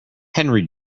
henry